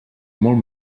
molt